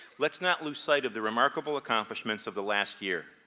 let's not lose sight of the remarkable accomplishments of the last year.